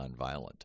nonviolent